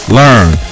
learn